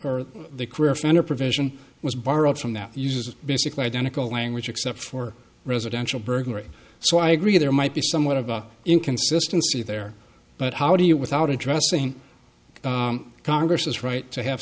or the career offender provision was borrowed from that use is basically identical language except for residential burglary so i agree there might be somewhat of an inconsistency there but how do you without addressing congress right to have